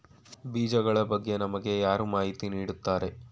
ಬೀಜಗಳ ಬಗ್ಗೆ ನಮಗೆ ಯಾರು ಮಾಹಿತಿ ನೀಡುತ್ತಾರೆ?